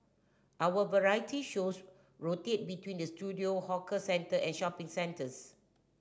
our variety shows rotate between the studio hawker centre and shopping centres